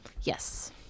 Yes